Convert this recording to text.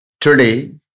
Today